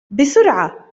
بسرعة